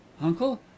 Uncle